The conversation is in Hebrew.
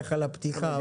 ככה לפתיחה,